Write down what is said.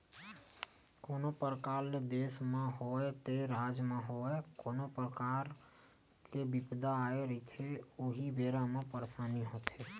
कोनो परकार ले देस म होवय ते राज म होवय कोनो परकार के बिपदा आए रहिथे उही बेरा म परसानी होथे